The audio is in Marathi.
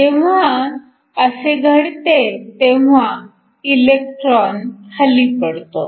जेव्हा असे घडते तेव्हा इलेक्ट्रॉन खाली पडतो